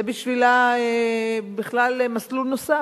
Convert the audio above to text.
זה בשבילה בכלל מסלול נוסף.